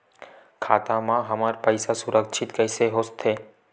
खाता मा हमर पईसा सुरक्षित कइसे हो थे?